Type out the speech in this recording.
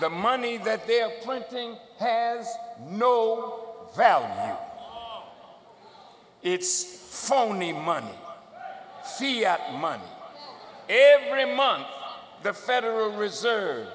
the money that they're planting has no well it's funny money money every month the federal reserve